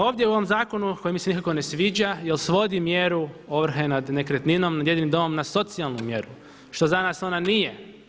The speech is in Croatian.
Ovdje u ovom zakonu koji mi se nikako ne sviđa jer svodi mjeru ovrhe nad nekretninom, nad jedinim domom na socijalnu mjeru što za nas ona nije.